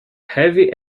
heavy